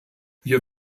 wir